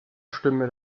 stimme